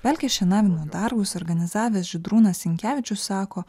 pelkės šienavimo darbus organizavęs žydrūnas sinkevičius sako